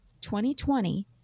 2020